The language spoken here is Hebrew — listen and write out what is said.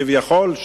כביכול,